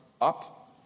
up